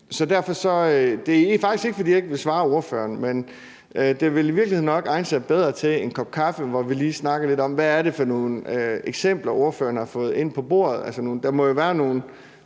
det er faktisk ikke, fordi jeg ikke vil svare spørgeren, men det vil i virkeligheden nok egne sig bedre til, at vi over en kop kaffe snakker lidt om, hvad det er for nogle eksempler, spørgeren har fået ind på bordet. Der må jo være nogle